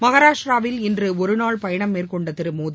மகாராஷ்டிராவில் இன்று ஒருநாள் பயணம் மேற்கொண்ட திரு மோடி